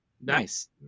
Nice